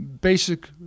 basic